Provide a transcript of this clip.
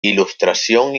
ilustración